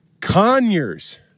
Conyers